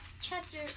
chapter